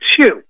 two